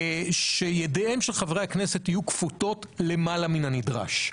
נגד שידיהם של חברי הכנסת יהיו כפותות למעלה מין הנדרש.